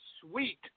sweet